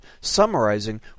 summarizing